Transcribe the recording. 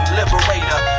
liberator